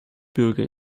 bürger